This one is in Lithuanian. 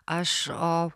aš o